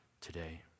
today